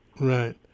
Right